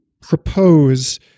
propose